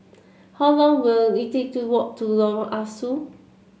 how long will it take to walk to Lorong Ah Soo